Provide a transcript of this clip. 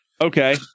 Okay